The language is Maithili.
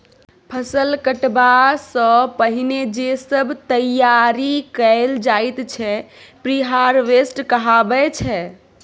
फसल कटबा सँ पहिने जे सब तैयारी कएल जाइत छै प्रिहारवेस्ट कहाबै छै